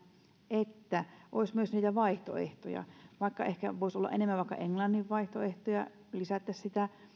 että olisi myös niitä vaihtoehtoja vaikka ehkä voisi olla enemmän vaikka englannin vaihtoehtoja lisättäisiin sitä